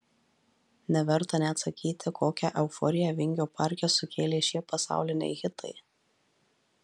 neverta net sakyti kokią euforiją vingio parke sukėlė šie pasauliniai hitai